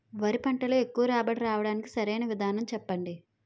వరి పంటలో ఎక్కువ రాబడి రావటానికి సరైన విధానం చెప్పండి?